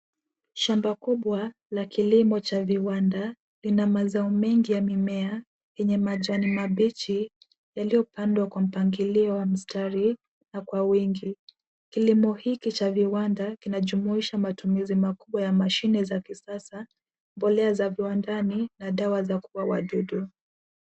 Shamba kubwa, la kilimo cha viwanda, lina mazao mengi ya mimea, yenye majani mabichi, yaliopandwa kwa mpangilio wa mstari, na kwa wingi. Kilimo hiki cha viwanda, kinajumuisha matumizi makubwa ya mashine za kisasa, mbolea za viwandani, na dawa za kuua wadudu.